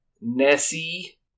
Nessie